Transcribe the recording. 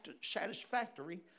satisfactory